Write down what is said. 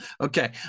Okay